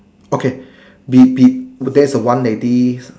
okay be be there's a one lady